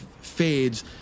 fades